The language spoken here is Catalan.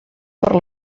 per